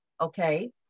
Okay